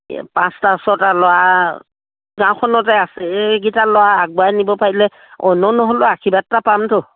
পাঁচটা ছটা ল'ৰা গাঁওখনতে আছে এইকেইটা ল'ৰা আগবঢ়াই নিব পাৰিলে অন্য নহ'লেও আশীৰ্বাদ এটা পামতো